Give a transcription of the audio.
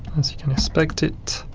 as you can expect it,